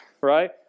right